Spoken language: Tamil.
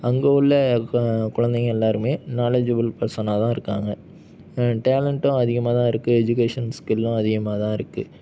அங்கே உள்ள க குழந்தைகங்கள் எல்லாேருமே நாலேஜபுள் பர்சனாகதான் இருக்காங்க டேலண்டும் அதிகமாக தான் இருக்குது எஜுகேஷன்ஸ் ஸ்கில்லும் அதிகமாகதான் இருக்குது